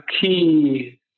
key